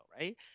right